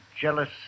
jealous